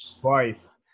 twice